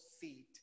feet